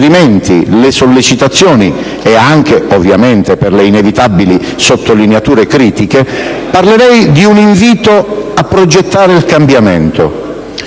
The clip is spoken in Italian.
le sollecitazioni e anche, ovviamente, le inevitabili sottolineature critiche), parlerei di un invito a progettare il cambiamento.